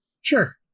Sure